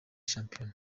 shampiyona